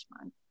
month